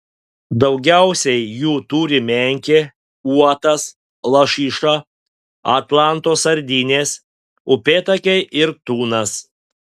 daugiausiai jų turi menkė uotas lašiša atlanto sardinės upėtakiai ir tunas